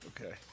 okay